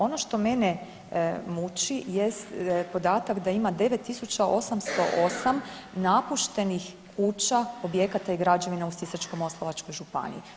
Ono što mene muči jest podatak da ima 9808 napuštenih kuća, objekata i građevina u Sisačko-moslavačkoj županiji.